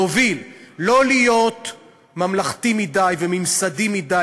להוביל: לא להיות ממלכתי מדי וממסדי מדי